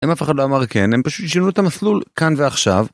הם אף אחד לא אמר כן, הם פשוט שינו את המסלול כאן ועכשיו